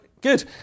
good